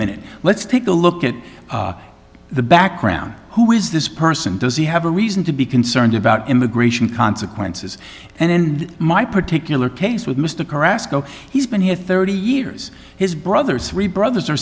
minute let's take a look at the background who is this person does he have a reason to be concerned about immigration consequences and my particular case with mr caress co he's been here thirty years his brother's three brothers are